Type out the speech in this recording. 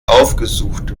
aufgesucht